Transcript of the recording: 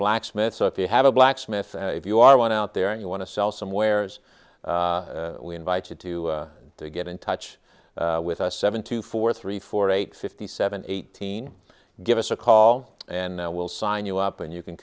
blacksmith so if you have a blacksmith if you are one out there and you want to sell somewheres we invite you to get in touch with us seven two four three four eight fifty seven eighteen give us a call and i will sign you up and you can